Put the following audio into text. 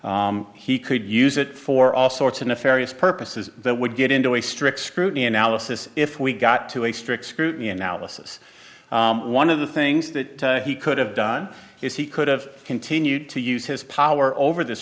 he could use it for all sorts of nefarious purposes that would get into a strict scrutiny analysis if we got to a strict scrutiny analysis one of the things that he could have done is he could have continued to use his power over this